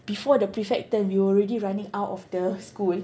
before the prefect turn we were already running out of the school